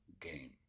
game